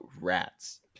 rats